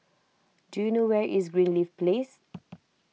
do you know where is Greenleaf Place